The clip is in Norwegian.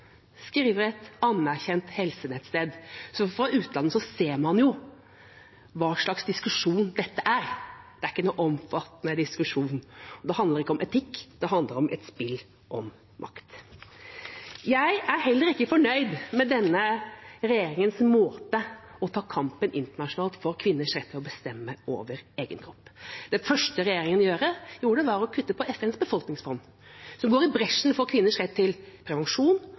skriver et anerkjent helsenettsted. For i utlandet ser man hva slags diskusjon dette er. Det er ikke noen omfattende diskusjon, det handler ikke om etikk. Det handler om et spill om makt. Jeg er heller ikke fornøyd med denne regjeringas måte å ta kampen på internasjonalt for kvinners rett til å bestemme over egen kropp. Det første regjeringa gjorde, var å kutte i FNs befolkningsfond, som går i bresjen for kvinners rett til prevensjon